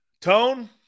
Tone